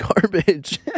garbage